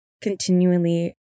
continually